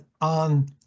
on